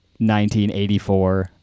1984